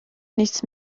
nichts